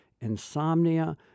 insomnia